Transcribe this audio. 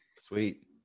sweet